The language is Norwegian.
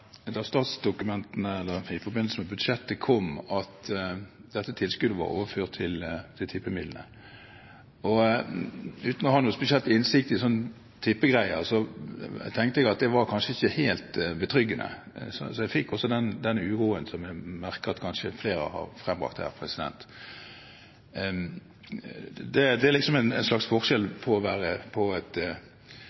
i forbindelse med budsjettet kom, at dette tilskuddet var overført til tippemidlene. Uten å ha noen spesiell innsikt i slike tippegreier, tenkte jeg at det kanskje ikke var helt betryggende, så jeg fikk også den uroen som jeg merker at flere har brakt frem her. Det er en slags forskjell på det å være på et